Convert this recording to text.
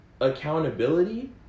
accountability